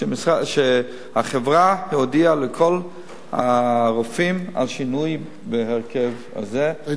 שהחברה הודיעה לכל הרופאים על שינוי בהרכב הזה,